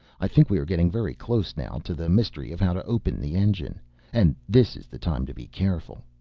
i think we are getting very close now to the mystery of how to open the engine and this is the time to be careful.